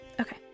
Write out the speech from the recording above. Okay